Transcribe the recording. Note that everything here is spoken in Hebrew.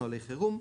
נהלי חרום,